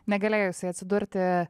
negalėjusiai atsidurti